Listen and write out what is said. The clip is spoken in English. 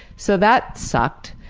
so that sucked.